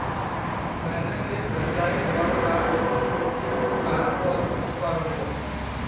मैनी ले बचाए बर का का करबो?